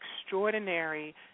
extraordinary